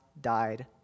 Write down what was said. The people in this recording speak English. died